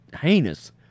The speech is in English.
heinous